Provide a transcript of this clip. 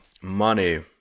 money